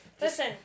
Listen